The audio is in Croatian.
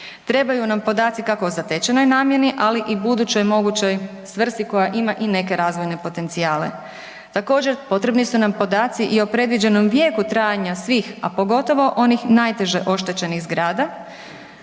Trebaju nam podaci kako o zatečenoj namjeni ali i budućoj mogućoj svrsi koja ima i neke razvojne potencijale. Također, potrebni su nam podaci i o predviđenom vijeku trajanja svih a pogotovo onih najteže oštećenih zgrada,